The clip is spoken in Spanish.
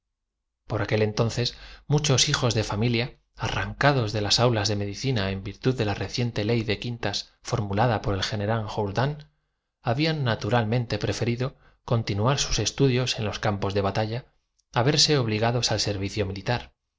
por aquel entonces muchos hijos de familia arrancados de las aulas de medicina en virtud de la reciente ley de quintas formulada por el general jourdán habían naturalmente preferido continuar sus estudios en los campos de bata lla a verse obligados al servicio militar